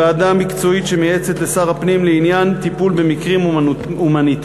ועדה מקצועית שמייעצת לשר הפנים לעניין טיפול במקרים הומניטריים.